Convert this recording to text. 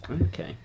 Okay